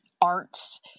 arts